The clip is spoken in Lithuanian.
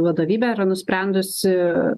vadovybė yra nusprendusi